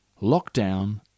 Lockdown